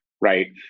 right